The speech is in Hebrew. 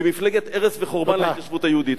במפלגת הרס וחורבן להתיישבות היהודית.